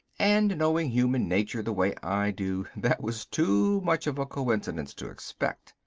and knowing human nature the way i do, that was too much of a coincidence to expect.